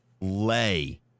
lay